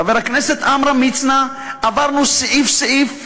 חבר הכנסת עמרם מצנע, עברנו סעיף-סעיף,